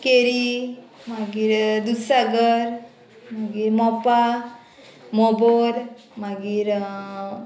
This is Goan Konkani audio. केरी मागीर दुसागर मागीर मोपा मोबोर मागीर